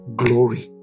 glory